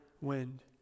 wind